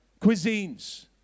cuisines